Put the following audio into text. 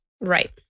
Right